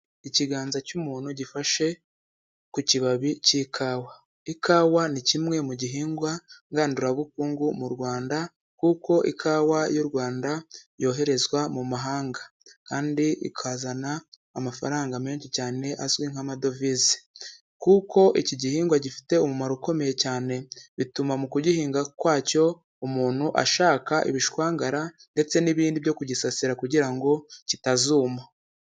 Ikiganza cy'umuntu gifashe ku kibabi cy'ikawa. Ikawa ni kimwe mu gihingwa ngandurabukungu mu rwanda kuko ikawa y'u rwanda yoherezwa mu mahanga kandi ikazana amafaranga menshi cyane azwi nk'amadovize kuko iki gihingwa gifite umumaro ukomeye cyane bituma mu kugihinga kwacyo umuntu ashaka ibishwangara ndetse n'ibindi byo kugisasira kugira ngo kitazuma.